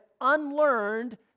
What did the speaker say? unlearned